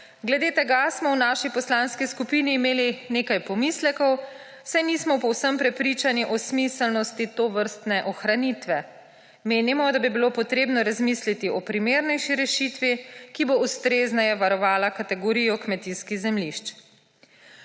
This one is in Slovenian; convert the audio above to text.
Glede tega smo v naši poslanski skupini imeli nekaj pomislekov, saj nismo povsem prepričani o smiselnosti tovrstne ohranitve. Menimo, da bi bilo treba razmisliti o primernejši rešitvi, ki bo ustrezneje varovala kategorijo kmetijskih zemljišč.